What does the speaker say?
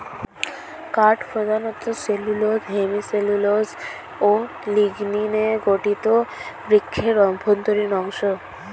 কাঠ প্রধানত cellulose, hemicellulose ও লিগনিনে গঠিত বৃক্ষের অভ্যন্তরীণ অংশ